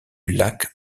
lac